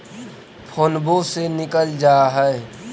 फोनवो से निकल जा है?